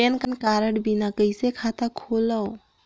Pan card बिना कइसे खाता खोलव?